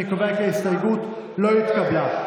אני קובע כי ההסתייגות לא התקבלה.